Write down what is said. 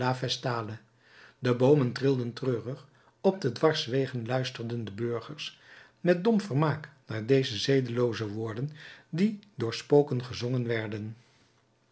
de boomen trilden treurig op de dwarswegen luisterden de burgers met dom vermaak naar deze zedenlooze woorden die door spoken gezongen werden